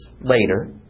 later